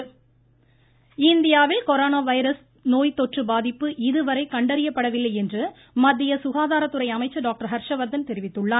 ருருருரு ஹர்ஷ்வர்தன் இந்தியாவில் corona virus நோய் தொற்று பாதிப்பு இதுவரை கண்டறியப்படவில்லை என்று மத்திய சுகாதாரத்துறை அமைச்சர் டாக்டர் ஹர்ஷ்வர்தன் தெரிவித்துள்ளார்